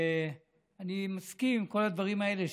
ואני מסכים לכל הדברים האלה,